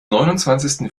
neunundzwanzigsten